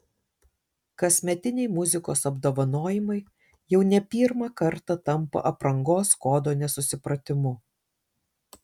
kasmetiniai muzikos apdovanojimai jau ne pirmą kartą tampa aprangos kodo nesusipratimu